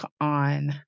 on